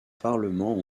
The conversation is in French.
parlement